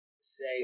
say